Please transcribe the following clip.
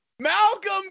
Malcolm